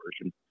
version